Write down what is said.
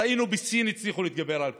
ראינו שבסין שהצליחו להתגבר על הקורונה,